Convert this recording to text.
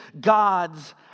God's